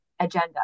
agenda